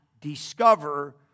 discover